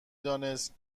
دانست